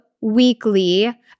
weekly